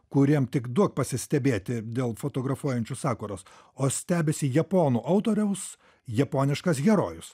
kuriam tik duok pasistebėti dėl fotografuojančių sakuros o stebisi japonų autoriaus japoniškas herojus